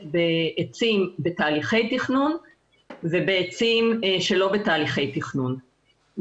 בעצים בתהליכי תכנון ובעצים שלא בתהליכי תכנון.